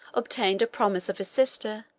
obtained a promise of his sister,